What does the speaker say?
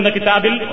Kitabil